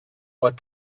but